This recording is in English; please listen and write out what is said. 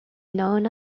known